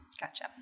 Gotcha